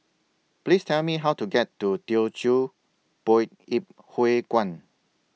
Please Tell Me How to get to Teochew Poit Ip Huay Kuan